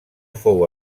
fou